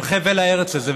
של חבל הארץ הזה,